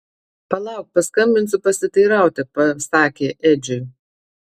palauk paskambinsiu pasiteirauti pasakė edžiui